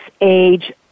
age